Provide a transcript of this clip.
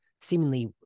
seemingly